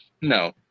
No